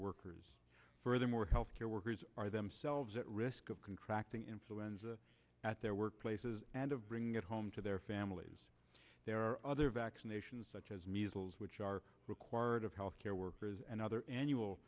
workers furthermore health care workers are themselves at risk of contracting influenza at their workplaces and of bringing it home to their families there are other vaccinations such as measles which are required of healthcare workers and other annual